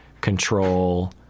control